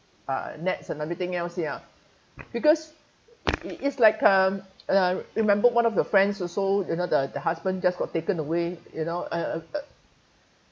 uh nets and everything else ya because it is like um uh remember one of the friends also you know the the husband just got taken away you know uh uh